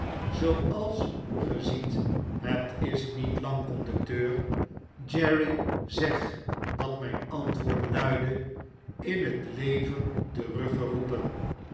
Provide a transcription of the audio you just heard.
zooals ge z iet het is niet lang conducteur jerry zeg dat mjjn antwoord luidde in t leven